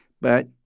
But-